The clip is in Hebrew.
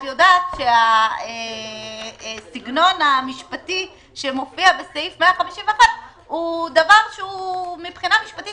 את יודעת שהסגנון המשפטי שמופיע בסעיף 151 הוא דבר שמבחינה משפטית